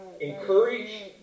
encourage